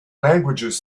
languages